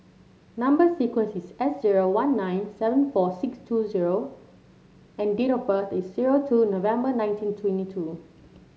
number sequence is S zero one nine seven four six two zero and date of birth is zero two November nineteen twenty two